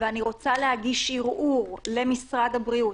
ואני רוצה להגיש ערעור למשרד הבריאות,